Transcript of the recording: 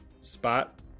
spot